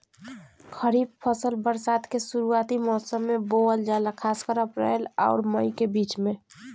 खरीफ फसल बरसात के शुरूआती मौसम में बोवल जाला खासकर अप्रैल आउर मई के बीच में